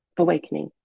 awakening